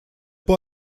pas